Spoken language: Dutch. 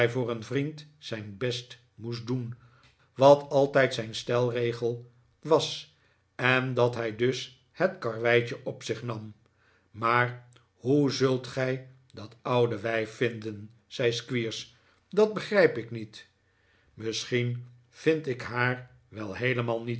voor een vriend zijn best moest doen wat altijd zijn stelregel was en dat hij dus het karweitje op zich nam maar hoe zult gij dat oude wijf vinden zei squeers dat begrijp ik niet misschien vind ik haar wel heelemaal niet